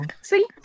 See